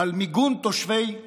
על מיגון תושבי עזה,